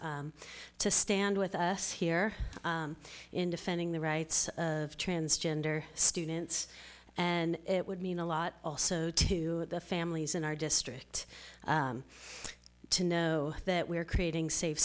to stand with us here in defending the rights of transgender students and it would mean a lot also to the families in our district to know that we are creating safe